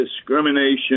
discrimination